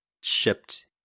shipped